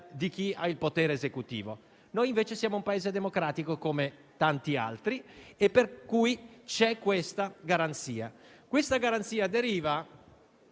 di chi ha il potere esecutivo. Noi invece siamo un Paese democratico, come tanti altri, per cui c'è questa garanzia. Questa garanzia deriva